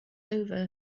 over